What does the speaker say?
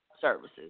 services